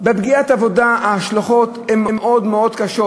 בפגיעת עבודה ההשלכות הן מאוד מאוד קשות,